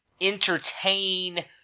entertain